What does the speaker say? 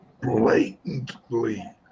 blatantly